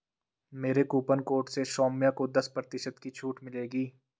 मेरे coupon code से सौम्य को दस प्रतिशत की छूट मिलेगी